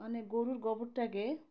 মানে গরুর গোবরটাকে